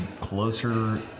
closer